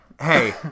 Hey